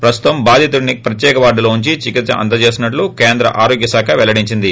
ప్రస్తుతం బాధితుడిని ప్రత్యేక వార్డులో ఉంచి చికిత్ప అందచేస్తున్నట్లు కేంద్ర ఆరోగ్య శాఖ పెల్లడించింది